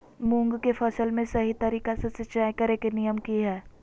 मूंग के फसल में सही तरीका से सिंचाई करें के नियम की हय?